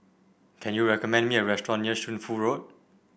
can you recommend me a restaurant near Shunfu Road